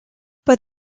but